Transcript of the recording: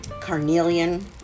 carnelian